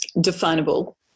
definable